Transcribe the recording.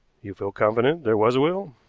you feel confident there was a will?